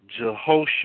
Jehoshua